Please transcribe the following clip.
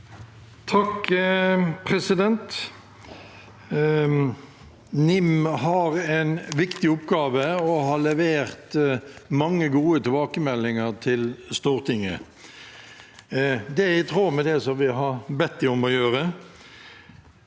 (H) NIM har en viktig oppgave og har levert mange gode tilbakemeldinger til Stortinget. Det er i tråd med det som vi har bedt dem om å gjøre.